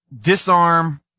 disarm